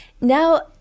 Now